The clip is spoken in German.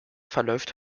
verläuft